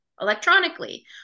electronically